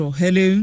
hello